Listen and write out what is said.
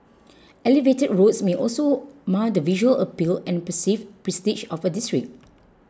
elevated roads may also mar the visual appeal and perceived prestige of a district